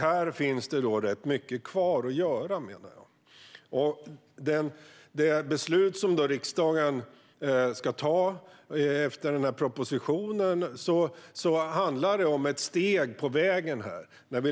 Den proposition som riksdagen ska besluta om är ett steg på vägen.